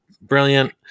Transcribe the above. brilliant